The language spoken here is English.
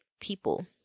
people